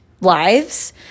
lives